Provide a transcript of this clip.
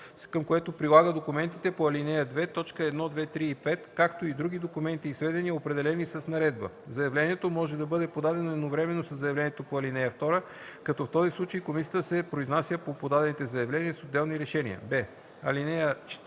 към което прилага документите по ал. 2, т. 1, 2, 3 и 5, както и други документи и сведения, определени с наредба. Заявлението може да бъде подадено едновременно със заявлението по ал. 2, като в този случай комисията се произнася по подадените заявления с отделни решения.”; б)